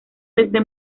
desde